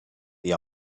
the